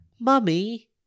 mummy